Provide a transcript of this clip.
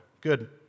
Good